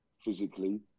physically